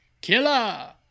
Killer